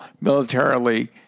militarily